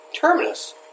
Terminus